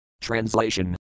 Translation